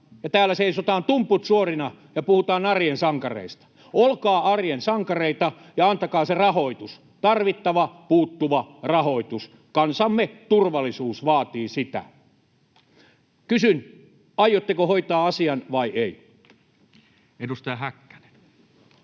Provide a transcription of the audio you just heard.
täällä seisotaan tumput suorina ja puhutaan arjen sankareista. Olkaa arjen sankareita ja antakaa se rahoitus — tarvittava, puuttuva rahoitus. Kansamme turvallisuus vaatii sitä. Kysyn: aiotteko hoitaa asian vai ette? [Speech